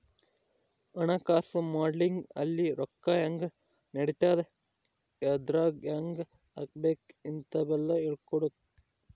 ಹಣಕಾಸು ಮಾಡೆಲಿಂಗ್ ಅಲ್ಲಿ ರೊಕ್ಕ ಹೆಂಗ್ ನಡಿತದ ಎದ್ರಾಗ್ ಹೆಂಗ ಹಾಕಬೇಕ ಇಂತವೆಲ್ಲ ಹೇಳ್ಕೊಡೋದು